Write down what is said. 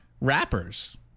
rappers